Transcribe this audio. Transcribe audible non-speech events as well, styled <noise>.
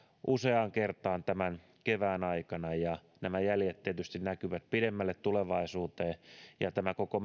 useaan kertaan tämän kevään aikana nämä jäljet tietysti näkyvät pidemmälle tulevaisuuteen ja tämä koko <unintelligible>